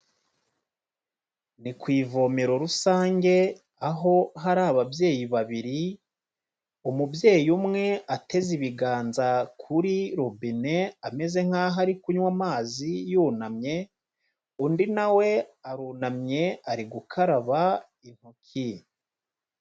Ni ku ivomero rusange aho hari ababyeyi babiri, umubyeyi umwe ateze ibiganza kuri rubine ameze nk'aho ari kunywa amazi yunamye, undi na arunamye ari gukaraba intoki.